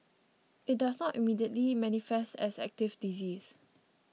it does not immediately manifest as active disease